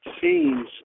seems